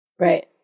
Right